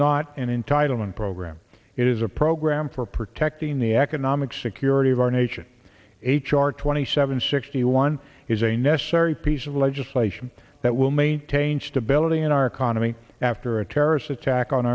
not an entitlement program it is a program for protecting the economic security of our nation h r twenty seven sixty one is a necessary piece of legislation that will maintain stability in our economy after a terrorist attack on